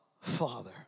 Father